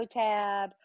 tab